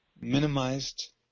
minimized